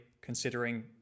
considering